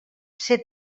ser